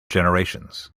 generations